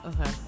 Okay